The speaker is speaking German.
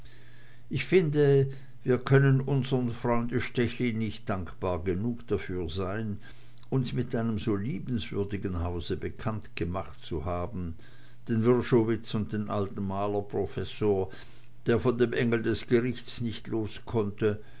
ich finde wir können unserm freunde stechlin nicht dankbar genug dafür sein uns mit einem so liebenswürdigen hause bekannt gemacht zu haben den wrschowitz und den alten malerprofessor der von dem engel des gerichts nicht loskonnte